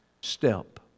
step